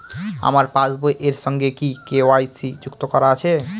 আমার পাসবই এর সঙ্গে কি কে.ওয়াই.সি যুক্ত করা আছে?